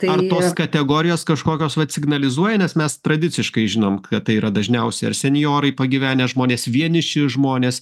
ar tos kategorijos kažkokios vat signalizuoja nes mes tradiciškai žinom kad tai yra dažniausiai ar senjorai pagyvenę žmonės vieniši žmonės